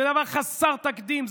זה דבר חסר תקדים.